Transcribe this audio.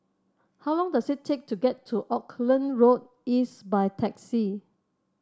how long does it take to get to Auckland Road East by taxi